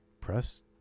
press